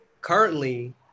currently